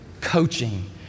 coaching